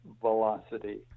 velocity